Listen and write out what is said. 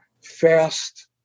fast